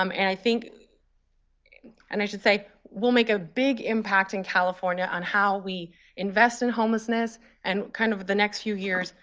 um and i think and i should say will make a big impact in california on how we invest in homelessness and, kind of the next few years,